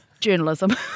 journalism